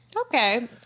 Okay